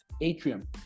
atrium